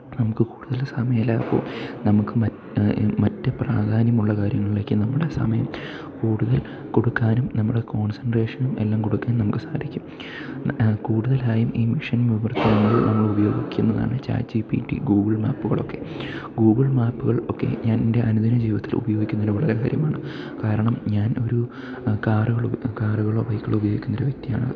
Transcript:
നമുക്ക് കൂടുതൽ സമയലാഭവും നമുക്ക് മറ്റു പ്രാധാന്യമുള്ള കാര്യങ്ങളിലേക്ക് നമ്മുടെ സമയം കൂടുതൽ കൊടുക്കാനും നമ്മുടെ കോൺസെൻട്രേഷനും എല്ലാം കൊടുക്കാൻ നമുക്ക് സാധിക്കും കൂടുതലായും ഈ മെഷീൻ വിവർത്തനങ്ങൾ നമ്മൾ ഉപയോഗിക്കുന്നതാണ് chat G P T Google മാപ്പുകളൊക്കെ ഗൂഗിൾ മാപ്പുകൾ ഒക്കെ ഞാനെൻ്റെ അനുദിന ജീവിതത്തിലുപയോഗിക്കുന്നൊരു വളരെ കാര്യമാണ് കാരണം ഞാൻ ഒരു കാറുകളോ കാറുകളോ ബൈക്കുകളോ ഉപയോഗിക്കുന്നൊരു വ്യക്തിയാണ്